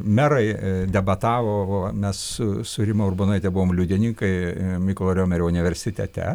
merai debatavo mes su rima urbonaite buvom liudininkai mykolo riomerio universitete